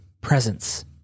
presence